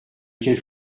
quelle